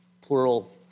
plural